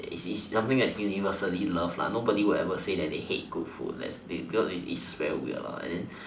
is is something that is universally loved nobody will ever say that they hate good food because it's very weird and then